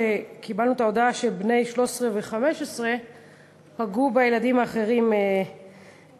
כשקיבלנו את ההודעה שבני 13 ו-15 פגעו בילדים אחרים בירושלים.